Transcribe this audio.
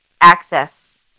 access